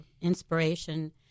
inspiration